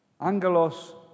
Angelos